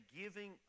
giving